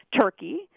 Turkey